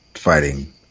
fighting